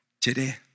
today